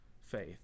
faith